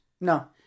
No